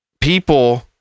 people